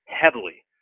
heavily